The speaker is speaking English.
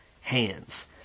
hands